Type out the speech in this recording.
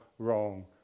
wrong